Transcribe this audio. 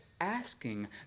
asking